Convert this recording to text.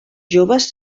joves